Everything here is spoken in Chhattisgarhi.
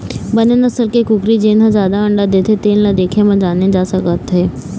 बने नसल के कुकरी जेन ह जादा अंडा देथे तेन ल देखे म जाने जा सकत हे